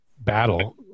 battle